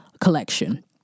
collection